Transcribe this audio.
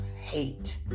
hate